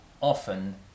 Often